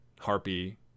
harpy